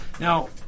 Now